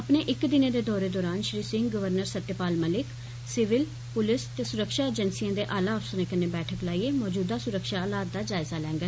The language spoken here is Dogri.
अपने इक दिनें दे दौरे दौरान Shri Singh governor Satyapal Malik civil police ते सुरक्षा एजैंसिए दे आला अफसरे कन्नै बैठक लाइयै मौजूदा सुरक्षा हालात दा जायजा लैडन